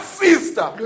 sister